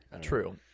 True